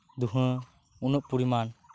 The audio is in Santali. ᱫᱩᱸᱦᱟᱹ ᱩᱱᱟᱹᱜ ᱯᱚᱨᱤᱢᱟᱱ